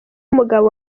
umugabo